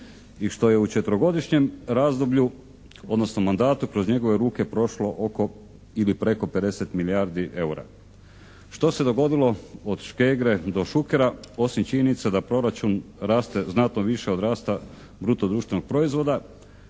i što je u četverogodišnjem razdoblju odnosno mandatu kroz njegove ruke prošlo oko ili preko 50 milijardi EUR-a. Što se dogodilo od Škegre do Šukera osim činjenica da proračun raste znatno više od rasta bruto društvenog proizvoda